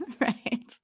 Right